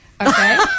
Okay